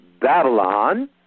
Babylon